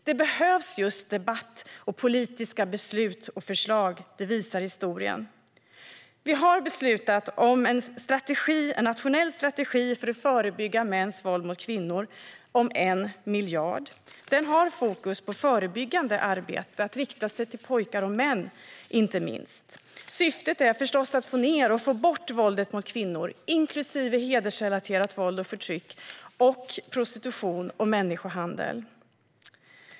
Det behövs just debatt, politiska beslut och förslag; det visar historien. Vi har beslutat om en nationell strategi om 1 miljard för att förebygga mäns våld mot kvinnor. Den har fokus på förebyggande arbete, inte minst när det gäller att rikta sig till pojkar och män. Syftet är förstås att få ned och få bort våldet mot kvinnor, inklusive hedersrelaterat våld och förtryck, prostitution och människohandel.